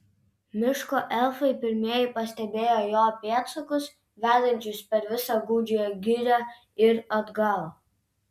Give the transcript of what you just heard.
miško elfai pirmieji pastebėjo jo pėdsakus vedančius per visą gūdžiąją girią ir atgal